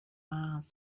mars